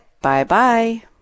Bye-bye